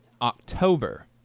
October